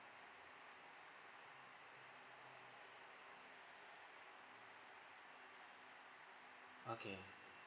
okay